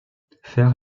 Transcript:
faire